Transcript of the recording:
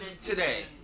today